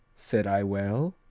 said i well